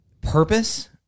purpose